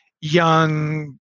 young